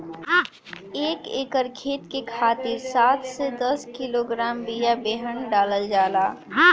एक एकर खेत के खातिर सात से दस किलोग्राम बिया बेहन डालल जाला?